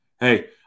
hey